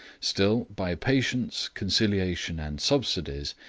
still, by patience, conciliation, and subsidies,